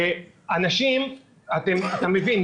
אתה מבין,